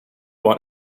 want